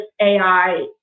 AI